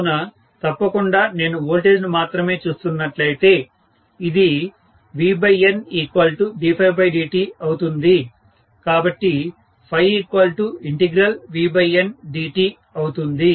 కావున తప్పకుండా నేను వోల్టేజ్ ను మాత్రమే చూస్తున్నట్లయితే అది VNddtఅవుతుంది కాబట్టి VNdt అవుతుంది